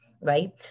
right